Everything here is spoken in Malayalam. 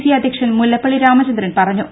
സി അധ്യക്ഷൻ മുല്ലപ്പള്ളി രാമചന്ദൻ പറഞ്ഞു